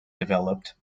developed